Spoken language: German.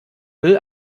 müll